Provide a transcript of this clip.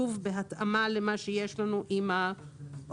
שוב, בהתאמה למה שיש לנו עם האופניים.